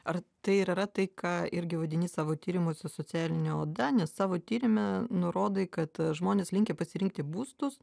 ar tai ir yra tai ką irgi vadini savo tyrimuose socialine oda nes savo tyrime nurodai kad žmonės linkę pasirinkti būstus